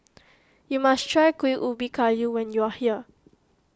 you must try Kuih Ubi Kayu when you are here